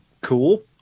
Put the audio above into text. cool